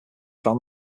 found